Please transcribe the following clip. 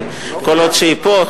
כי כל עוד היא פה,